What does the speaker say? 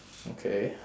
okay